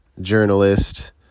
journalist